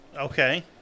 Okay